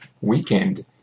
weekend